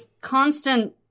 constant